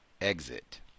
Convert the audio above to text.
exit